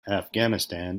afghanistan